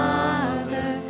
Father